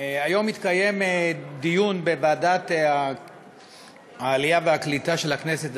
היום התקיים דיון בוועדת העלייה והקליטה של הכנסת,